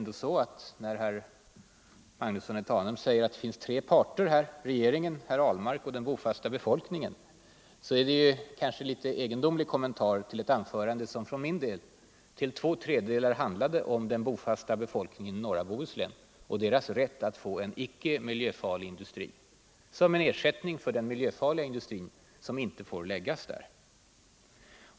Då herr Magnusson i Tanum säger att det finns tre parter — regeringen, herr Ahlmark och den bofasta befolkningen — kan man tycka att detta är en något egendomlig kommentar till mitt anförande, som till två tredjedelar handlade om den bofasta befolkningen i norra Bohuslän. Jag talade ju utförligt om dess rätt att få en icke-miljöfarlig industri som en ersättning för den miljöfarliga industri som inte får förläggas dit.